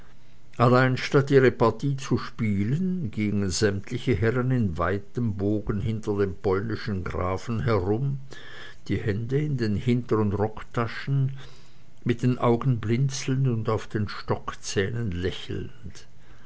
allein statt ihre partie zu spielen gingen sämtliche herren in weitem bogen hinter dem polnischen grafen herum die hände in den hintern rocktaschen mit den augen blinzelnd und auf den stockzähnen lächelnd